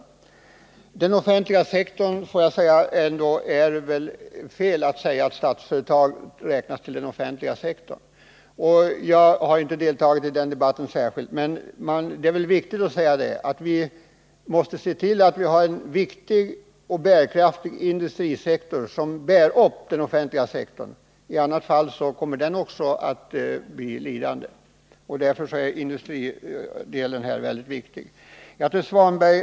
I frågan om den offentliga sektorn vill jag framhålla att det väl ändå är fel att säga att Statsföretag skall räknas till den offentliga sektorn. Jag har inte deltagit särskilt mycket i den debatten, men jag vill säga att det är viktigt att se till att vi har en betydande och bärkraftig industrisektor som bär upp den offentliga sektorn. I annat fall kommer också den senare sektorn att bli lidande. Industrisektorn är följaktligen mycket väsentlig, både den enskilda och den statliga.